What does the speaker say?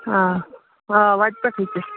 آ آ وتہِ پٮ۪ٹھٕے چھِ